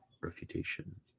refutation